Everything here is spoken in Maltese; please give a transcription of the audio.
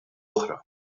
oħra